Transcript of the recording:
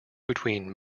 between